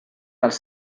els